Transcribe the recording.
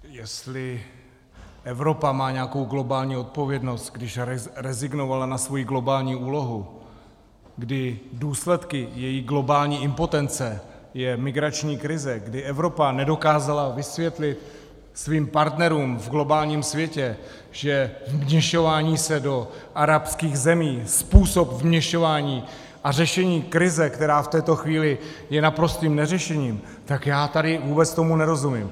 Jestli Evropa má nějakou globální odpovědnost, když rezignovala na svoji globální úlohu, kdy důsledkem její globální impotence je migrační krize, kdy Evropa nedokázala vysvětlit svým partnerům v globálním světě, že vměšování se do arabských zemí, způsob vměšování a řešení krize, která v této chvíli je naprostým neřešením, tak já tady vůbec tomu nerozumím.